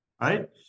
Right